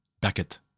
Beckett